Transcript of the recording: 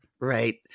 right